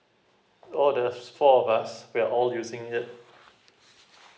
oh there's four of us we are all using it